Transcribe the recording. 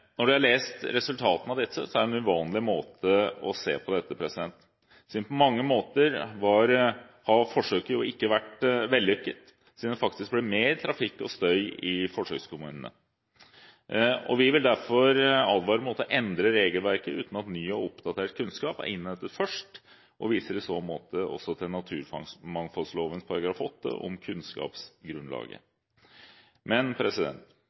Når de har lest resultatene av dette, er det en uvanlig måte å se på dette på. På mange måter har jo forsøket ikke vært vellykket, siden det faktisk ble mer trafikk og støy i forsøkskommunene. Vi vil derfor advare mot å endre regelverket, uten at ny og oppdatert kunnskap er innhentet først, og viser i så måte også til naturmangfoldloven § 8 om kunnskapsgrunnlaget.